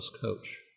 coach